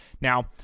Now